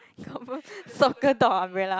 confirm soccer dog umbrella